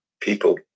people